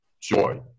joy